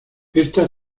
esta